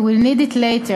You will need it later,